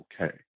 okay